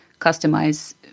customize